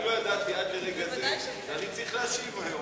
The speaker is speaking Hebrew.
אני לא ידעתי עד לרגע זה שאני צריך להשיב היום,